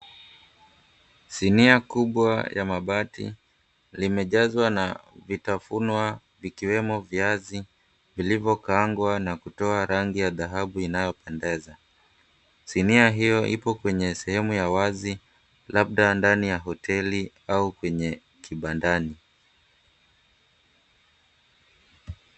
Sinia kubwa ya mabati zimejazwa na vitafunwa vikiwemo viazi vilivyokarangwa na kutoa rangi ya dhabu inayopendeza. Sinia hiyo ipo kwenye sehemu ya wazi labda ndani ya hoteli au kwenye kibandani.